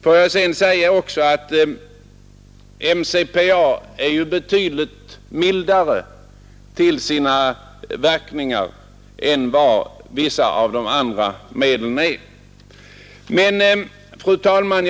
Får jag sedan också säga att MCPA är betydligt mildare till sina verkningar än vissa av de andra medlen. Fru talman!